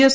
S